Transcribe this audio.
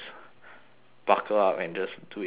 buckle up and just do it together